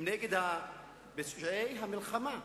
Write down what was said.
הם נגד פשעי המלחמה,